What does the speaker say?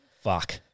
fuck